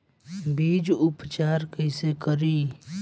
बीज उपचार कईसे करी?